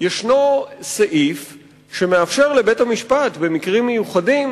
יש סעיף שמאפשר לבית-המשפט במקרים מיוחדים